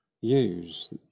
use